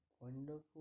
wonderful